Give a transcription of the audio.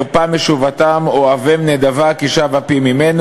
"אֶרְפָּא משובתם אֹהֲבֵם נדבה כי שב אפי ממנו".